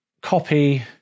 copy